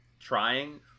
trying